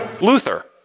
Luther